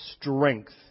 strength